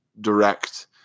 direct